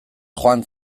joan